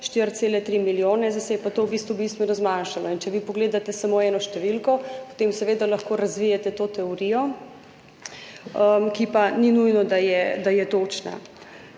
4,3 milijona, zdaj se je pa to v bistvu bistveno zmanjšalo. In če vi pogledate samo eno številko, potem seveda lahko razvijete to teorijo, ki pa ni nujno, da je točna.